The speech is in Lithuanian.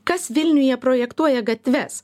kas vilniuje projektuoja gatves